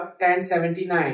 1079